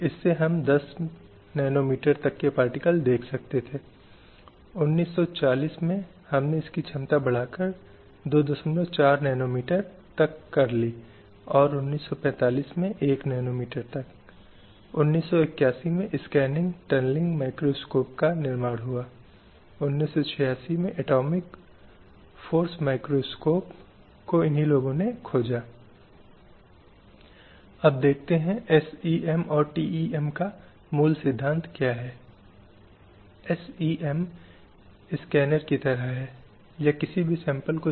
और यही है जिसे कि प्रस्तावना रखती है और महिलाओं के अधिकारों के इस विकास के बारे में हमें कहना चाहिए कि यह मानवाधिकारों की छतरी के नीचे किया गया है जहां मानव अधिकारों और मौलिक स्वतंत्रता को महत्वपूर्ण माना गया हैसमाज में महिलाओं के विकास के लिए और इसलिए यूनाइटेड नेशन इस बात की पुष्टि करता है कि मानव की गरिमा और मूल्य होना चाहिए और समाज में सभी महिलाओं और पुरुषों को समान अधिकारों पर हक हो